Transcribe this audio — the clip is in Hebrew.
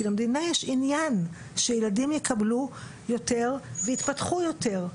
כי למדינה יש עניין שילדים יקבלו יותר ויתפתחו יותר.